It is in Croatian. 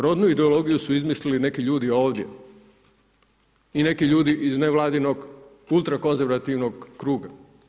Rodnu ideologiju su izmislili neki ljudi ovdje i neki ljudi iz nevladinog ultrakonzervativnog kruga.